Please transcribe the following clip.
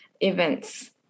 events